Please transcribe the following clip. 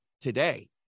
today